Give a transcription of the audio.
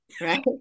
right